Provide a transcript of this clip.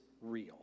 real